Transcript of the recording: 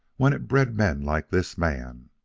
when it bred men like this man.